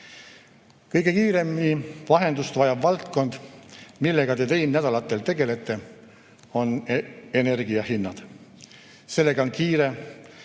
näen. Kõige kiiremat lahendust vajav valdkond, millega te neil nädalatel tegelete, on energiahinnad. Sellega on kiire,